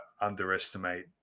underestimate